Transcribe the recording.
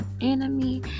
enemy